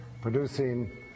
producing